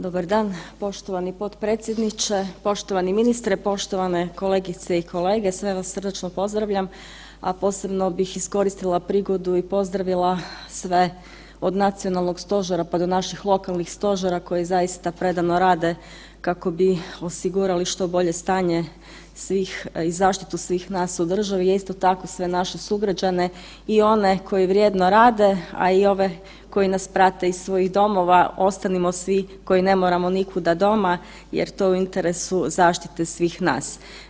Dobar dan poštovani potpredsjedniče, poštovani ministre, poštovane kolegice i kolege, sve vas srdačno pozdravljam, a posebno bih iskoristila prigodu i pozdravila sve od nacionalnog stožera pa do naših lokalnih stožera koji zaista predano rade kako bi osigurali što bolje stanje svih i zaštitu svih nas u državi, a isto tako sve naše sugrađane i one koji vrijedno rade, a i ove koji nas prate iz svojih domova, ostanimo svi koji ne moramo nikuda doma jer to je u interesu zaštite svih nas.